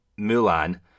Mulan